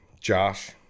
Josh